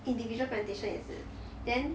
individual presentation 也是 then